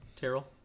Terrell